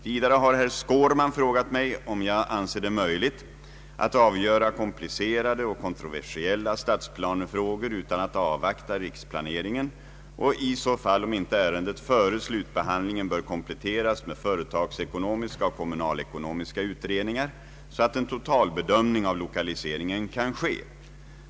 Vidare har herr Skårman frågat mig om jag anser det möjligt att avgöra komplicerade och kontroversiella stadsplanefrågor utan att avvakta riksplaneringen och i så fall om inte ärendet före slutbehandling bör kompletteras med företagsekonomiska och kommunalekonomiska utredningar så att en totalbedömning av lokaliseringen kan ske.